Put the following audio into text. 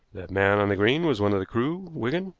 that man on the green was one of the crew, wigan,